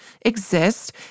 exist